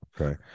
okay